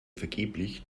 vergeblich